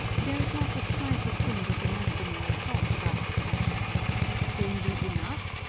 there is not the slightest hint of a mercenary thought about his actions plainly enough,